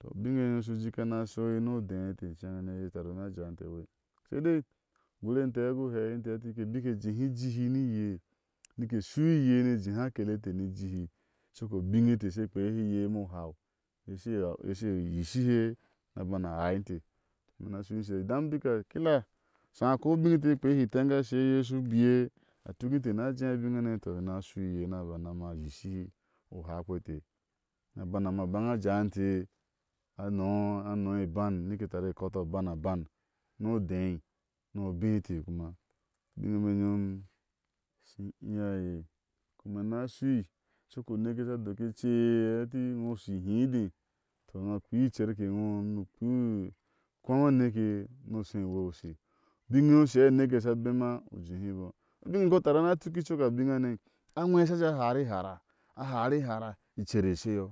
tɔ ubine iye yom shu jiika ni a shɔni ode inte incen hane e iye utari una jaai inte iwei. sai dai u gur e inte u gu heei nite hɛti inte bik ke jehi ijiii ni iye ni ke e shui iye ni e jehi a akeleteniye ni ijiihi u cok o bine ete ke she kpea hiye umɔ u hau iye she aa iye she yi shi he ni a bana ai inte. abina shu u ushe idan bik a kila shaa akoi u bin in te kepeahi teŋ gashe iye shu ubiiye a tuk inte ni a je abin hane tɔ. keina shui iye ni a ma yishi he uhau kpe inte ni a bana a maa bana jaai inte anɔɔ anɔɔi iban nike tari e ktɔ aban aban ni ode ni obé intekuma. ubine ime inyomi shi iyaa kuma inashui, coko nekeiye asha doki eceye a heeti iŋo o ushui ihidé tɔ umau kpea icerke ino ni kpea u kpamaa neke ni shui iwei o ushe ubine e iye ushi a neke asha abema u jeehibɔ u bine imbɔɔ a tari na tuki i coko a biŋhane a nwe a shi a hee a hari i hara a hari ihara icer isheyɔ